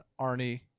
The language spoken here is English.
Arnie